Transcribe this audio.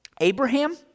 Abraham